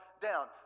down